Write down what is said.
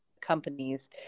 companies